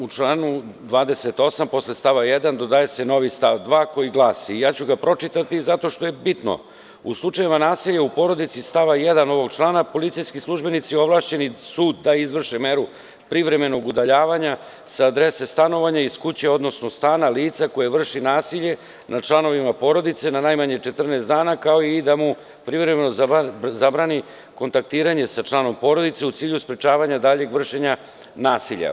U članu 28. posle stava 1. dodaje se novi stav 2. koji glasi, pročitaću ga zato što je bitno: „U slučajevima nasilja u porodici iz stava 1. ovog člana policijski službenici ovlašćeni su da izvrše meru privremenog udaljavanja sa adrese stanovanja, iz kuće, odnosno stana lica koje vrši nasilje nad članovima porodice na najmanje 14 dana, kao i da mu privremeno zabrani kontaktiranje sa članom porodice, u cilju sprečavanja daljeg vršenja nasilja“